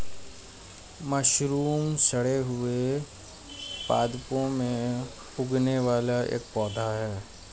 mushroom सड़े हुए पादपों में उगने वाला एक पौधा है